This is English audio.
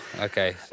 okay